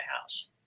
house